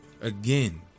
Again